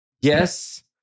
Yes